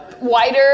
wider